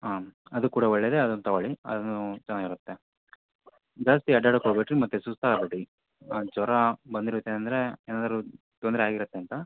ಹಾಂ ಅದು ಕೂಡ ಒಳ್ಳೆದೇ ಅದನ್ನ ತಗೊಳ್ಳಿ ಅದು ಚೆನ್ನಾಗಿರುತ್ತೆ ಜಾಸ್ತಿ ಅಡ್ಡಾಡೋಕ್ಕೆ ಹೋಗಬೇಡ್ರಿ ಮತ್ತು ಸುಸ್ತಾಗಬೇಡ್ರಿ ಹಾಂ ಜ್ವರ ಬಂದಿರುತ್ತೆ ಅಂದರೆ ಏನಾದ್ರೂ ತೊಂದರೆ ಆಗಿರುತ್ತೆ ಅಂತ